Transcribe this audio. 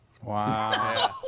Wow